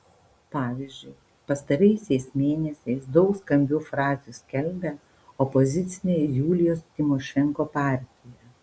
pavyzdžiui pastaraisiais mėnesiais daug skambių frazių skelbia opozicinė julijos tymošenko partija